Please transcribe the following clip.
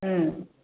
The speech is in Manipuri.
ꯎꯝ